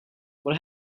what